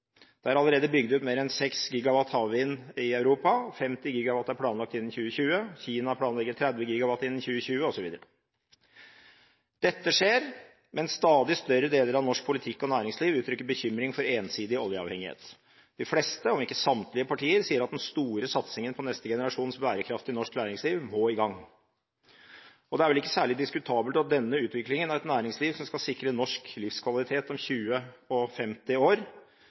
Det er allerede bygd ut mer enn 6 GW havvind i Europa, 50 GW er planlagt innen 2020, Kina planlegger 30 GW innen 2020, osv. Dette skjer, men stadig større deler av norsk politikk og næringsliv uttrykker bekymring for ensidig oljeavhengighet. De fleste – om ikke samtlige – partier sier at den store satsingen på neste generasjons bærekraftig norsk næringsliv må i gang. Det er vel ikke særlig diskutabelt at denne utviklingen av et næringsliv som skal sikre norsk livskvalitet om 20 og 50 år,